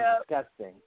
disgusting